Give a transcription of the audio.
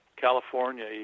California